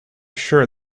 sure